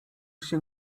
się